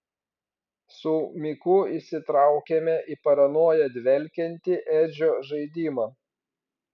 su miku įsitraukėme į paranoja dvelkiantį edžio žaidimą